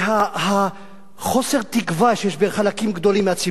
וחוסר התקווה שיש בחלקים גדולים מהציבור,